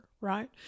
right